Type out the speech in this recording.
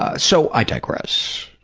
ah so, i digress.